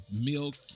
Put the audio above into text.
milk